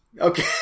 okay